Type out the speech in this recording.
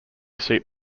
seat